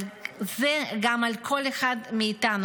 אבל זה גם על כל אחד מאיתנו,